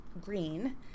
green